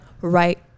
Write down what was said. right